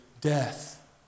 death